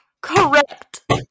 Correct